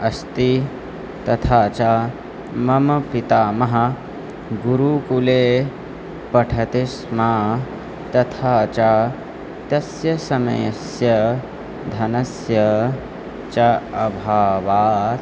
अस्ति तथा च मम पितामहः गुरुकुले पठति स्म तथा च तस्य समयस्य धनस्य च अभावात्